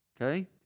okay